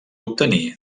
obtenir